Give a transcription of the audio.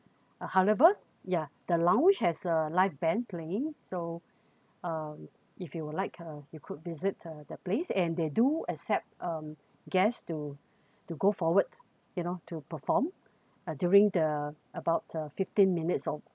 however ya the lounge has uh live band playing so um if you would like uh you could visit the the place and they do accept um guests to to go forward you know to perform uh during the about uh fifteen minutes of